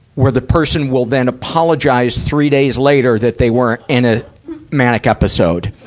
where the person will then apologize three days later that they were in a manic episode.